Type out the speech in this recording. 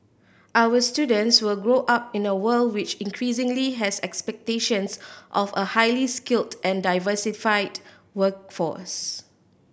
our students will grow up in a world which increasingly has expectations of a highly skilled and diversified workforce